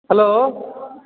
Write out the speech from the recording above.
hello